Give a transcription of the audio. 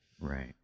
Right